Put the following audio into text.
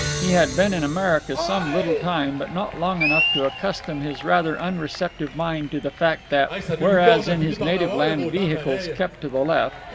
he had been in america some little time, but not long enough to accustom his rather unreceptive mind to the fact that, whereas in his native land vehicles kept to the left,